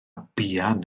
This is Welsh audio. buan